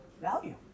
value